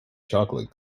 chocolate